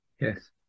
yes